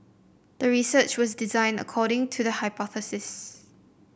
the research was designed according to the hypothesis